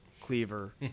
cleaver